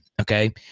Okay